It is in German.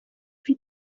wie